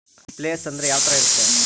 Place ಅಂದ್ರೆ ಯಾವ್ತರ ಇರ್ತಾರೆ?